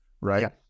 Right